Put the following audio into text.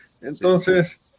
Entonces